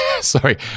sorry